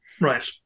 Right